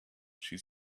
she